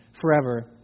forever